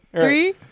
three